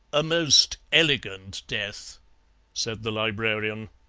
a most elegant death said the librarian.